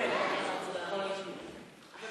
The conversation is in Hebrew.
ולכן זה צריך